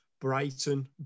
Brighton